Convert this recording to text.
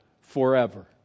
forever